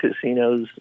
casinos